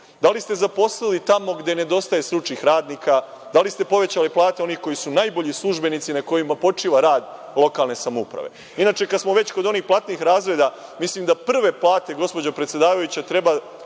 Da li ste zaposlili tamo gde nedostaje stručnih radnika? Da li ste povećali plate onih koji su najbolji službenici, na kojima počiva rad lokalne samouprave? Inače, kad smo već kod onih platnih razreda, mislim da prve plate, gospođo predsedavajuća, treba